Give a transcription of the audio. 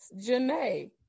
Janae